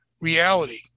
reality